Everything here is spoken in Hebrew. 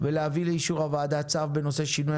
ולהביא לאישור הוועדה צו בנושא שינוי